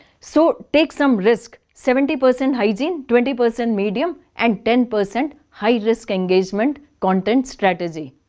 so take some risk. seventy percent hygiene, twenty percent medium and ten percent high risk engagement content strategy.